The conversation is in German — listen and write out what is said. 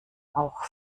auch